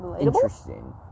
Interesting